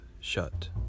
shut